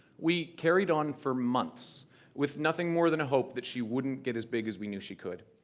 we carried on for months with nothing more than a hope that she wouldn't get as big as we knew she could.